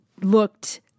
looked